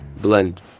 blend